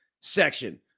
section